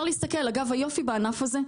היופי בענף הזה,